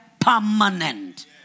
permanent